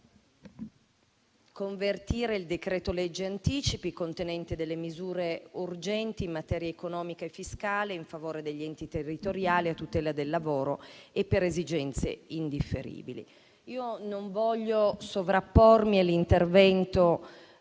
convertire il decreto-legge anticipi, contenente misure urgenti in materia economica e fiscale in favore degli enti territoriali, a tutela del lavoro e per esigenze indifferibili. Non voglio sovrappormi all'intervento